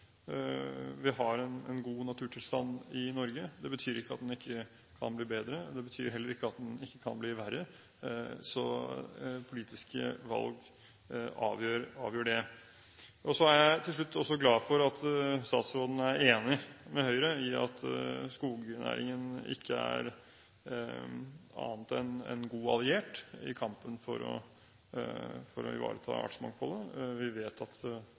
vi har en god naturtilstand i Norge. Det betyr ikke at den ikke kan bli bedre. Det betyr heller ikke at den ikke kan bli verre. Politiske valg avgjør det. Så er jeg til slutt også glad for at statsråden er enig med Høyre i at skognæringen ikke er annet enn en god alliert i kampen for å ivareta artsmangfoldet. Vi vet at